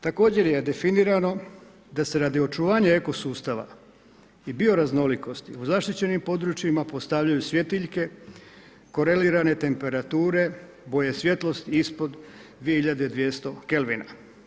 Također je definirano da se radi očuvanju eko sustava i bio raznolikost u zaštićenim područjima, postavljaju svjetiljke korelirane temperature, boje svjetlost ispod 2200 kelvina.